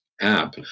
app